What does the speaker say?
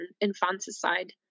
infanticide